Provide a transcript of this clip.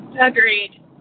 Agreed